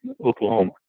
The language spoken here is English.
Oklahoma